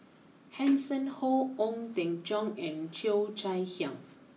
Hanson Ho Ong Teng Cheong and Cheo Chai Hiang